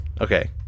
Okay